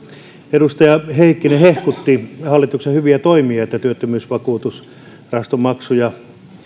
edustaja heikkinen hehkutti hallituksen hyviä toimia että työttömyysvakuutusrahastomaksuja